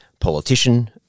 politician